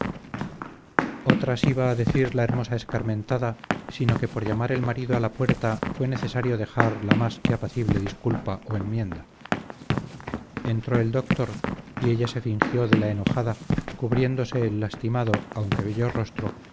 iba a decir la hermosa escarmentada sino que por llamar el marido a la puerta fué necesario dejar la mas que apacible disculpa o enmienda entró el doctor y ella se fingió de la enojada cubriéndose el lastimado aunque bello rostro